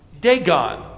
Dagon